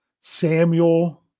Samuel